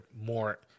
more